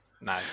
No